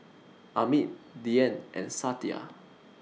Amit Dhyan and Satya